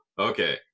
Okay